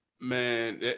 man